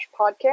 podcast